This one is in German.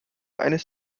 eines